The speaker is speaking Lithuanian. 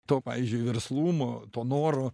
to pavyzdžiui verslumo to noro